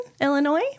Illinois